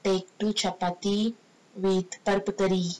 take two chappathi with பருப்பு:parupu curry